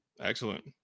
Excellent